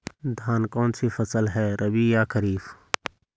धान कौन सी फसल है रबी या खरीफ?